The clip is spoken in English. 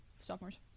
sophomores